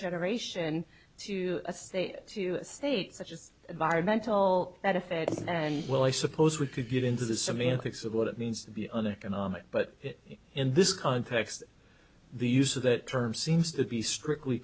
generation to a state to state such as environmental benefit and well i suppose we could get into the semantics of what it means to be an economic but in this context the use of that term seems to be strictly